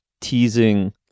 teasing